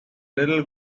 little